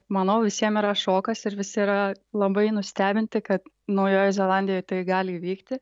manau visiem yra šokas ir visi yra labai nustebinti kad naujojoje zelandijoje tai gali įvykti